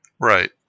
Right